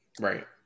Right